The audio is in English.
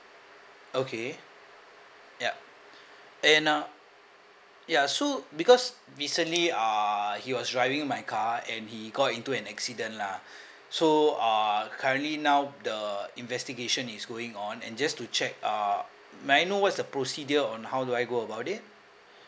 okay ya and uh ya so because recently uh he was driving my car and he got into an accident lah so uh currently now the investigation is going on and just to check uh may I know what is the procedure on how do I go about it